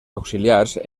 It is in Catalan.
auxiliars